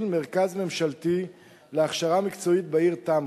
מרכז ממשלתי להכשרה מקצועית בעיר תמרה.